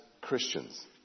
Christians